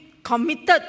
committed